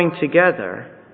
together